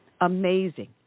amazing